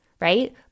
right